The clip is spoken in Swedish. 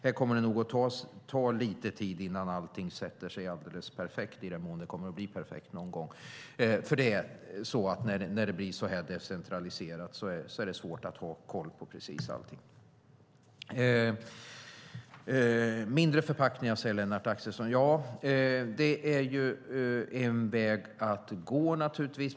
Här kommer det nog att ta lite tid innan allting sätter sig perfekt - i den mån det kommer att bli perfekt någon gång. När det blir så här decentraliserat är det svårt att ha koll på precis allting. Lennart Axelsson talar om mindre förpackningar. Det är ju en väg att gå, naturligtvis.